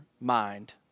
mind